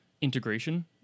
integration